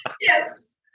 Yes